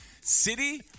city